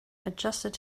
adjusted